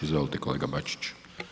Izvolite kolega Bačić.